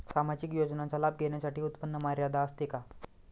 सामाजिक योजनांचा लाभ घेण्यासाठी उत्पन्न मर्यादा असते का?